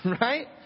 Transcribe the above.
Right